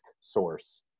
source